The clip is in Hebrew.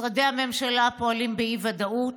משרדי הממשלה פועלים באי-ודאות